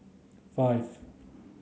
five